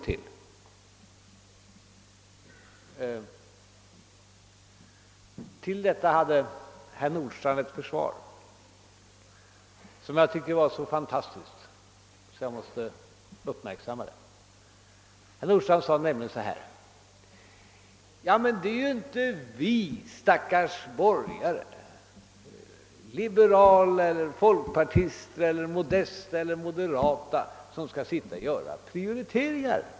För detta anförde herr Nordstrandh ett försvar, som jag tycker var så fantastiskt att jag måste uppmärksamma det. Han sade nämligen: »Det är inte vi stackars borgare — liberala eller folkpartister, modesta eller moderata — som skall göra prioriteringar.